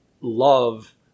love